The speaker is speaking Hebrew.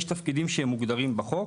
יש תפקידים שהם מוגדרים בחוק.